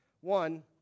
One